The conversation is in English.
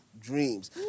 dreams